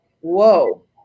whoa